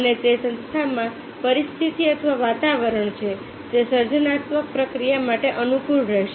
અને તે સંસ્થામાં પરિસ્થિતિ અથવા વાતાવરણ છે જે સર્જનાત્મક પ્રક્રિયા માટે અનુકૂળ રહેશે